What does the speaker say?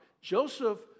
Joseph